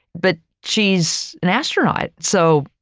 but she's an astronaut. so,